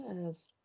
yes